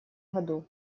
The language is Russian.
году